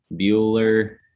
Bueller